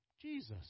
Jesus